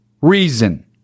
reason